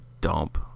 dump